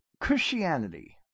Christianity